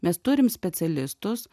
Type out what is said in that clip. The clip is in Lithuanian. mes turim specialistus